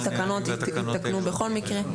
תקנות יתקנו בכל מקרה.